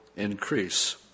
Increase